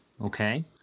okay